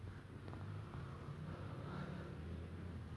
so like you use lesser energy because your stride length is longer